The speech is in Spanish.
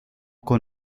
con